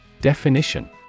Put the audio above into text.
Definition